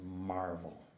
marvel